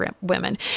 women